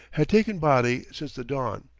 had taken body since the dawn,